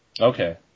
Okay